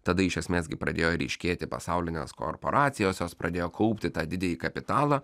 tada iš esmės gi pradėjo ryškėti pasaulinės korporacijos jos pradėjo kaupti tą didįjį kapitalą